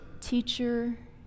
Teacher